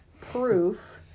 proof